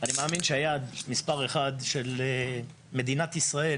אני מאמין שהיעד מספר אחד של מדינת ישראל